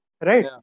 Right